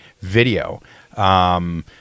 video